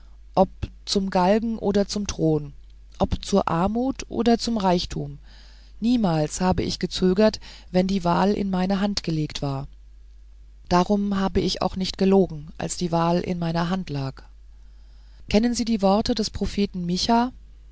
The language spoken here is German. ob zum galgen oder zum thron ob zur armut oder zum reichtum niemals habe ich gezögert wenn die wahl in meine hand gelegt war darum habe ich auch nicht gelogen als die wahl in meiner hand lag kennen sie die worte des propheten micha